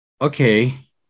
okay